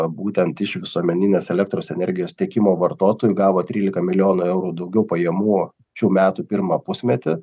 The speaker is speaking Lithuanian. būtent iš visuomeninės elektros energijos tiekimo vartotojų gavo trylika milijonų eurų daugiau pajamų šių metų pirmą pusmetį